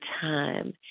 time